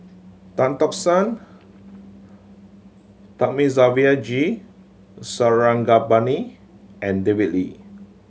Tan Tock San Thamizhavel G Sarangapani and David Lee